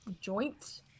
joint